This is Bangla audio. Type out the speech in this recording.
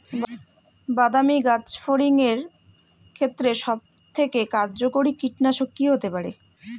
বাদামী গাছফড়িঙের ক্ষেত্রে সবথেকে কার্যকরী কীটনাশক কি হতে পারে?